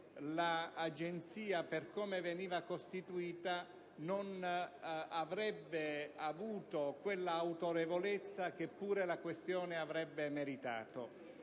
l'Agenzia, per come veniva costituita, non avrebbe avuto quella autorevolezza che pure la questione avrebbe meritato.